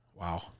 Wow